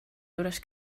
juures